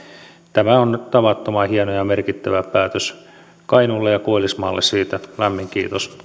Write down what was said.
tämä on tavattoman hieno ja merkittävä päätös kainuulle ja koillismaalle siitä lämmin kiitos